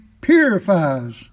purifies